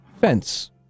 fence